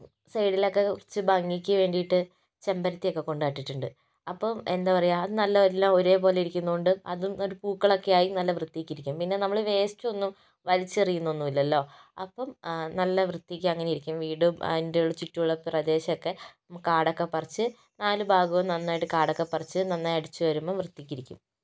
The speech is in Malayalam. സൈഡിലൊക്കെ ഇച്ചിരി ഭംഗിക്ക് വേണ്ടിയിട്ട് ചെമ്പരത്തിയൊക്കെ കൊണ്ട് നട്ടിട്ടുണ്ട് അപ്പം എന്താ പറയുക അത് എല്ലാം നല്ല ഒരേപോലെ ഇരിക്കുന്നതുകൊണ്ട് അതും പൂക്കളൊക്കെയായി നല്ല വൃത്തിക്ക് ഇരിക്കും പിന്നെ നമ്മുടെ വേസ്റ്റ് ഒന്നും വലിച്ചെറിയുനൊന്നും ഇല്ലല്ലോ അപ്പം നല്ല വൃത്തിക്ക് അങ്ങനെ ഇരിക്കും വീട് അതിന് ചുറ്റുമുള്ള പ്രദേശമൊക്കെ കാടൊക്കെ പറിച്ച് നാല് ഭാഗവും നന്നായി കാടൊക്കെ പറിച്ച് നന്നായി അടിച്ചു വാരുമ്പോൾ വൃത്തിയ്ക്ക് ഇരിക്കും